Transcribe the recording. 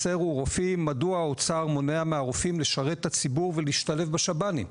מדוע האוצר מונע מהרופאים לשרת את הציבור ולהשתלב בשב"נים?